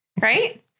Right